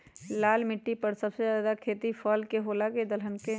लाल मिट्टी पर सबसे ज्यादा खेती फल के होला की दलहन के?